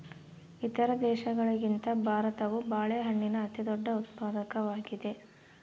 ಇತರ ದೇಶಗಳಿಗಿಂತ ಭಾರತವು ಬಾಳೆಹಣ್ಣಿನ ಅತಿದೊಡ್ಡ ಉತ್ಪಾದಕವಾಗಿದೆ